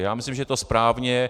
Já myslím, že to je správné.